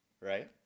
right